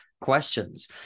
questions